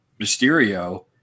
Mysterio